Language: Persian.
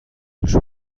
دوش